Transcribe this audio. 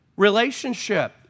relationship